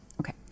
Okay